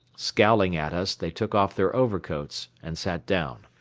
scowling at us they took off their overcoats and sat down.